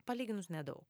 palyginus nedaug